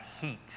heat